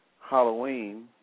Halloween